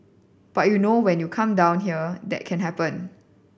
but you know when you come down here that can happen